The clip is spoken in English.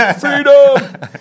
Freedom